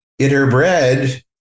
interbred